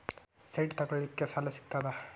Site ತಗೋಳಿಕ್ಕೆ ಸಾಲಾ ಸಿಗ್ತದಾ?